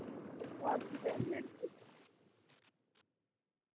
تُہۍ چھِو حظ زین میڈِکیٹ